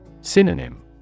Synonym